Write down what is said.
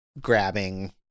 grabbing